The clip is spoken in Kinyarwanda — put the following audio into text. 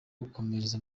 gukomereza